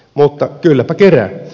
mutta kylläpä kerää